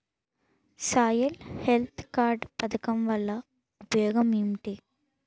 Soil health card పథకం వల్ల ఉపయోగం ఏంటి?